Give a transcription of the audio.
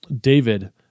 David